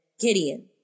Gideon